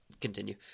continue